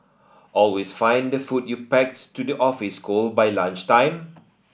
always find the food you packs to the office cold by lunchtime